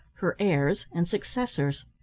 her heirs and successors.